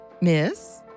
Miss